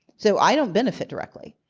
so i don't benefit directly.